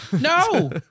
no